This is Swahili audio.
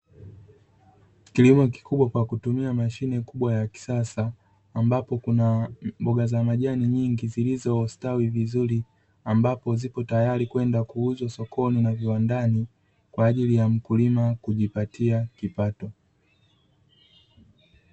Kilimo kikubwa kwa kutumia mashine kubwa ya kisasa, ambapo kuna mboga za majani nyingi zilizostawi vizuri, ambapo zipo tayari kwenda kuuzwa sokoni na viwandani, kwa ajili ya mkulima kujipatia kipato.